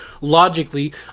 logically